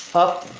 up,